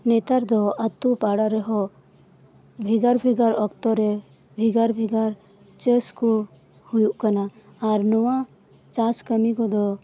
ᱱᱮᱛᱟᱨ ᱫᱚ ᱟᱹᱛᱩ ᱯᱟᱲᱟ ᱨᱮᱦᱚᱸ ᱵᱷᱮᱜᱟᱨ ᱵᱷᱮᱜᱟᱨ ᱚᱠᱛᱚ ᱨᱮ ᱵᱷᱮᱜᱟᱨ ᱵᱷᱮᱜᱟᱨ ᱪᱟᱥ ᱠᱚ ᱦᱩᱭᱩᱜ ᱠᱟᱱᱟ ᱟᱨ ᱱᱚᱣᱟ ᱪᱟᱥ ᱠᱟᱹᱢᱤ ᱠᱚᱫᱚ